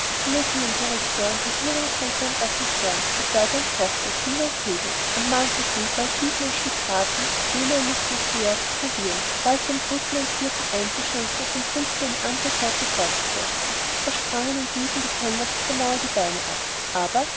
kollegiendirektoren regierungsräte und assessoren mit weib und tochter kind und kegel und mahnte sie bald diesem ein stück braten jener eine sauciere zu servieren bald einem dritten und vierten einzuschenken und dem fünften eine andere sorte vorzusetzen da sprangen und liefen die kellner sich beinahe die beine ab aber probatem